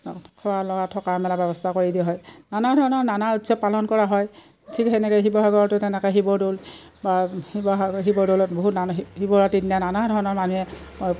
খোৱা লোৱা থকা মেলা ব্যৱস্থা কৰি দিয়া হয় নানা ধৰণৰ নানা উৎসৱ পালন কৰা হয় ঠিক তেনেকৈ শিৱসাগৰতো তেনেকৈ শিৱদৌল বা শিৱসাগৰ শিৱদৌলত বহুত মান শিৱৰাত্ৰিৰ দিনা নানা ধৰণৰ মানুহে